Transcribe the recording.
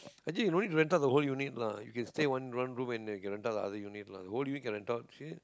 I think you no need to rent out the whole unit lah you can stay one one room and can rent out the other unit lah the whole unit can rent out serious